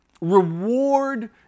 reward